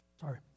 sorry